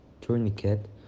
tourniquet